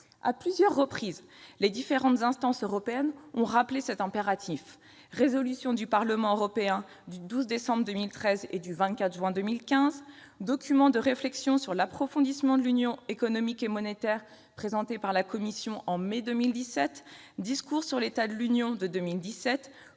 À plusieurs reprises, les différentes instances européennes ont rappelé cet impératif : résolutions du Parlement européen des 12 décembre 2013 et 24 juin 2015 ; document de réflexion sur l'approfondissement de l'Union économique et monétaire présenté par la Commission en mai 2017 ; discours sur l'état de l'Union de 2017